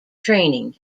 training